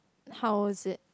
how is it